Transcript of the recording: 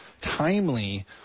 timely